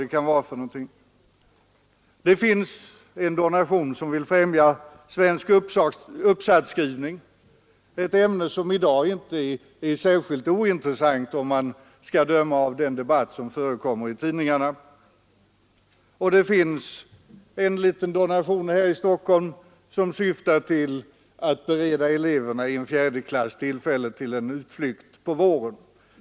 Det finns å ena sidan en donation som vill främja svensk uppsatsskrivning — ett ämne som i dag inte är ointressant, om man skall döma av den debatt som förekommer i tidningarna. Å andra sidan kan man finna en liten donation här i Stockholm som syftar till att bereda eleverna i en fjärde klass tillfälle till en skolutflykt under våren.